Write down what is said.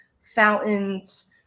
fountains